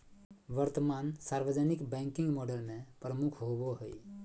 वर्तमान सार्वजनिक banking model में प्रमुख होबो हइ